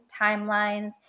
timelines